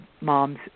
moms